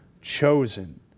Chosen